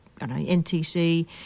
NTC